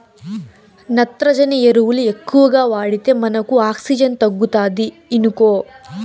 నత్రజని ఎరువులు ఎక్కువగా వాడితే మనకు ఆక్సిజన్ తగ్గుతాది ఇనుకో